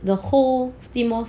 the whole steam lor